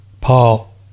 Paul